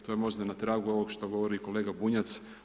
To je možda na tragu ovog što govori i kolega Bunjac.